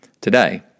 today